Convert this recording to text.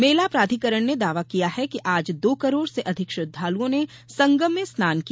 मेला प्राधिकरण ने दावा किया है कि आज दो करोड़ से अधिक श्रद्वालुओं ने संगम में स्नान किया